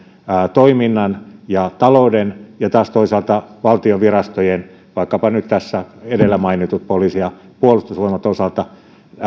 toiminnan ja talouden osalta ja taas toisaalta valtion virastojen vaikkapa nyt tässä edellä mainittujen poliisin ja puolustusvoimien osalta